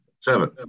seven